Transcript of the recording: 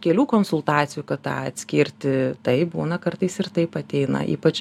kelių konsultacijų kad tą atskirti taip būna kartais ir taip ateina ypač